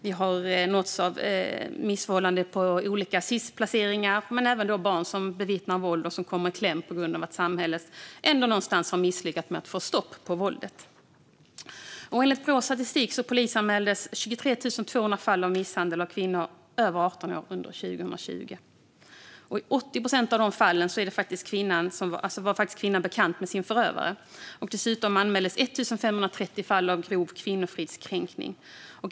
Vi har nåtts av rapporter om missförhållanden i samband med olika Sis-placeringar. Det handlar även om barn som bevittnar våld eller som kommer i kläm på grund av att samhället någonstans har misslyckats med att få stopp på våldet. Enligt Brås statistik polisanmäldes 23 200 fall av misshandel av kvinnor över 18 år under 2020. I 80 procent av dessa fall var kvinnan bekant med sin förövare. Dessutom anmäldes 1 530 fall av grov kvinnofridskränkning.